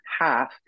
half